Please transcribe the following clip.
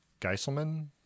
Geiselman